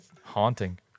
Haunting